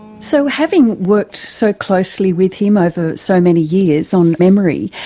so having worked so closely with him over so many years on memory,